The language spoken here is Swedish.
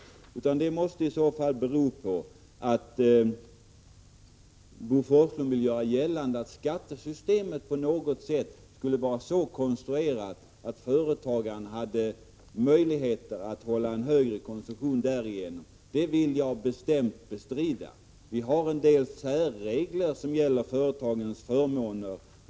Förklaringen till detta skulle kunna vara att Bo Forslund vill göra gällande att skattesystemet har en sådan konstruktion att företagarna på grund av denna har möjlighet till en högre konsumtion. Detta vill jag bestämt bestrida. Vi har en del särregler som gäller företagarnas förmåner.